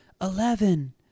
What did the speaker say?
Eleven